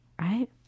Right